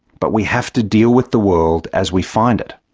but we have to deal with the world as we find it.